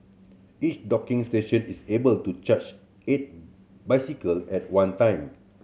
each docking station is able to charge eight bicycle at one time